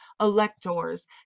electors